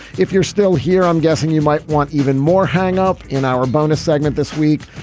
if you're still here i'm guessing you might want even more hang up in our bonus segment this week.